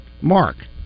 Mark